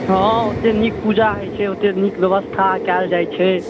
हॅं ओते नीक पूजा होइ छै ओते नीक ब्यवस्था कयल जाइ छै